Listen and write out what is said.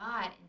God